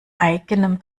eigenem